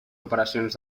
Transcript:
operacions